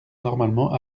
normalement